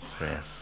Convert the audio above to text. Yes